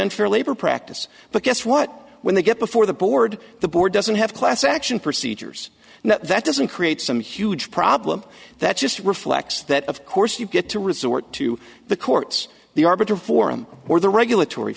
unfair labor practice but guess what when they get before the board the board doesn't have class action procedures now that doesn't create some huge problem that just reflects that of course you get to resort to the courts the arbiter forum or the regulatory